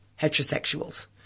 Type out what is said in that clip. heterosexuals